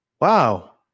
wow